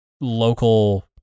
local